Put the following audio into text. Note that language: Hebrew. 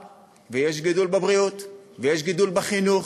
יש גידול ברווחה ויש גידול בבריאות ויש גידול בחינוך.